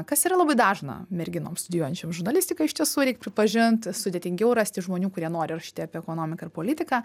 kas yra labai dažna merginoms studijuojančioms žurnalistiką iš tiesų reik pripažint sudėtingiau rasti žmonių kurie nori rašyti apie ekonomiką ir politiką